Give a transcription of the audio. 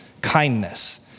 kindness